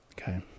okay